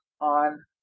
on